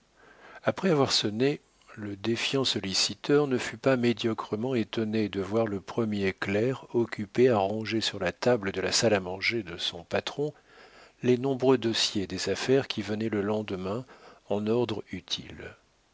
après avoir sonné le défiant solliciteur ne fut pas médiocrement étonné de voir le premier clerc occupé à ranger sur la table de la salle à manger de son patron les nombreux dossiers des affaires qui venaient le lendemain en ordre utile